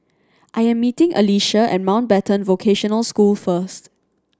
I am meeting Alycia at Mountbatten Vocational School first